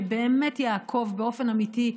שבאמת יעקוב באופן אמיתי,